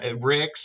Rick's